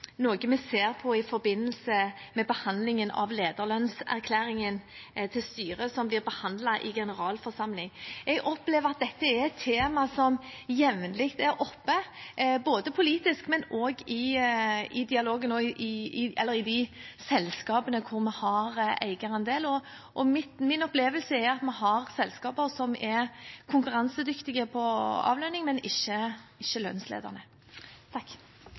noe vi ser på i forbindelse med behandlingen av lederlønnserklæringen til styret, som blir behandlet i generalforsamling. Jeg opplever at dette er et tema som jevnlig er oppe, både politisk og i de selskapene vi har eierandel i. Min opplevelse er at vi har selskaper som er konkurransedyktige på avlønning, men ikke lønnsledende. Flere har ikke